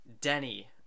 Denny